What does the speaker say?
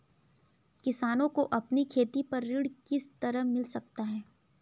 किसानों को अपनी खेती पर ऋण किस तरह मिल सकता है?